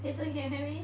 Peizhen can you hear me